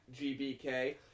GBK